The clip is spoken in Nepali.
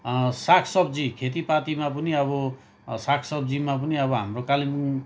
साग सब्जी खेतीपातीमा पनि अब साग सब्जीमा पनि अब हाम्रो कालिम्पोङ